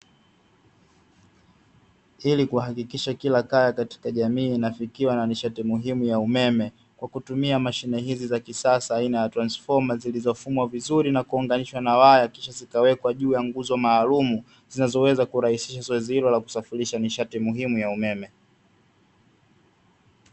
Ili kuhakikisha kila kaya katika jamii inafikiwa na nishati muhimu ya umeme, kwa kutumia mashine hizi za kisasa aina ya transifoma zilizofungwa vizur na kuunganishwa na waya kisha zikawekwa juu nguzo maalumu, zinazoweza kurahisisha zoezi hili la kusafirisha nishati muhimu ya umeme .